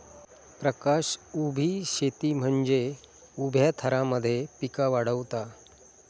प्रकाश उभी शेती म्हनजे उभ्या थरांमध्ये पिका वाढवता